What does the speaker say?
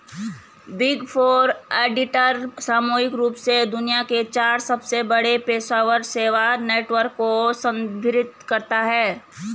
big four auditor सामूहिक रूप से दुनिया के चार सबसे बड़े पेशेवर सेवा नेटवर्क को संदर्भित करता है